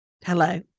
Hello